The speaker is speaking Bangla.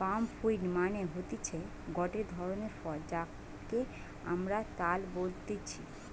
পাম ফ্রুইট মানে হতিছে গটে ধরণের ফল যাকে আমরা তাল বলতেছি